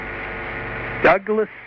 douglas